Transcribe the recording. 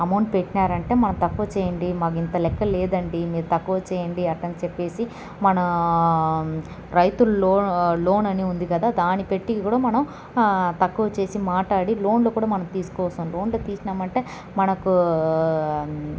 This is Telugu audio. అమౌంట్ పెట్టినారంటే మనం తక్కువ చేయండి మాకు ఇంత లెక్క లేదండి మీరు తక్కువ చేయండి అట్టా అని చెప్పేసి మన రైతుల లోన్ అని ఉంది కదా దాని పెట్టి కూడా మనం తక్కువ చేసి మాట్లాడి లోన్లు కూడా మనం తీసుకోసం లోన్లు తీసుకున్నాం అంటే మనకు